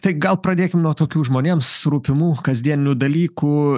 tai gal pradėkim nuo tokių žmonėms rūpimų kasdienių dalykų